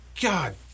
God